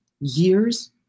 years